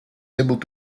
able